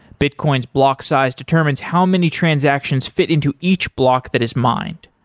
bitcoin's block size determines how many transactions fit into each block that is mined.